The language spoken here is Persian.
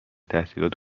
تحصیلات